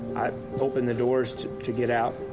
i opened the doors to get out.